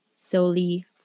solely